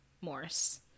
Morse